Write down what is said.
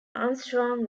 armstrong